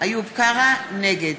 נגד